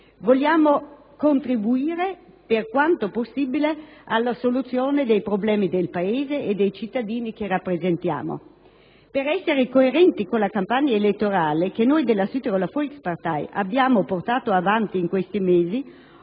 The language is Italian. Vogliamo contribuire, per quanto possibile, alla soluzione dei problemi del Paese e dei cittadini che rappresentiamo. Per essere coerenti con la campagna elettorale che noi della Südtiroler Volkspartei abbiamo portato avanti in questi mesi